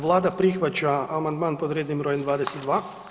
Vlada prihvaća amandman pod rednim brojem 22.